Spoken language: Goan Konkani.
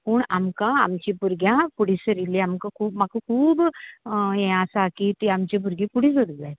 पूण आमकां आमच्या भुरग्यांक फुडें सरिल्ले आमकां म्हाका खूब ये आसा कि ते आमची भुरगीं फुडें सरूं जाय